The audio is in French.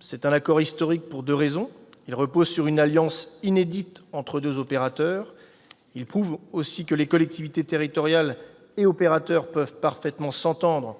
Cet accord est historique pour deux raisons : il repose sur une alliance inédite entre deux opérateurs ; il prouve aussi que collectivités territoriales et opérateurs peuvent parfaitement s'entendre